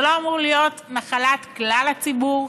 זה לא אמור להיות נחלת כלל הציבור,